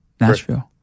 nashville